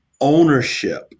ownership